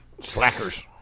Slackers